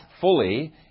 fully